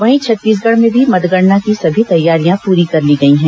वहीं छत्तीसगढ़ में भी मतगणना की सभी तैयारियां पूरी कर ली गई हैं